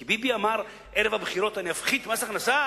כי ביבי אמר ערב הבחירות: אני אפחית מס הכנסה?